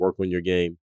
workonyourgame